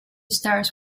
starts